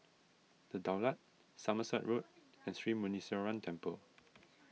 the Daulat Somerset Road and Sri Muneeswaran Temple